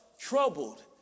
troubled